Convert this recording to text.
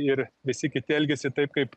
ir visi kiti elgiasi taip kaip